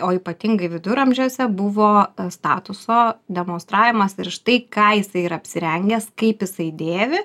o ypatingai viduramžiuose buvo statuso demonstravimas ir štai ką jisai yra apsirengęs kaip jisai dėvi